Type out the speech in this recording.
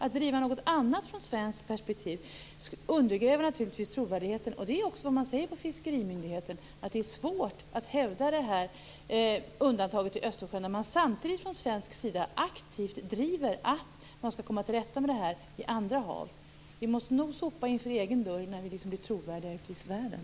Att driva något annat från svenskt perspektiv undergräver naturligtvis trovärdigheten. Det är också vad man säger på fiskerimyndigheten. Det är svårt att hävda detta undantag i Östersjön när man samtidigt från svensk sida aktivt driver att man skall komma till rätta med detta i andra hav. Vi måste nog sopa för egen dörr för att bli trovärdiga ute i världen.